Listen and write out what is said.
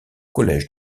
collège